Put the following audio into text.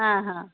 ಹಾಂ ಹಾಂ